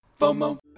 FOMO